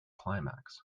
climax